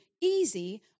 easy